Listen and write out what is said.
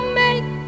make